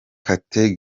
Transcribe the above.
kate